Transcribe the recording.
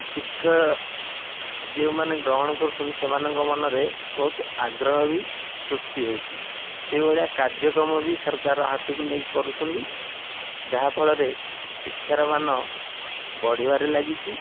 ଶିକ୍ଷା ଯେଉଁମାନେ ଗ୍ରହଣ କରୁଛନ୍ତି ସେମାନଙ୍କ ମନରେ ବହୁତ ଆଗ୍ରହ ବି ସୃଷ୍ଟି ହେଉଛି ସେଇ ଭଳିଆ କାର୍ଯ୍ୟକ୍ରମ ବି ସରକାର ହାତକୁ ନେଇ କରୁଛନ୍ତି ଯାହାଫଳରେ ଶିକ୍ଷାର ମାନ ବଢ଼ିବାରେ ଲାଗିଛି